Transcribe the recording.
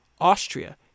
Austria